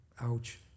Ouch